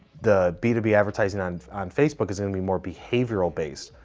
the b two b advertising on on facebook is gonna be more behavioral based.